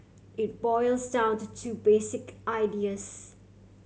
it boils down to two basic ideas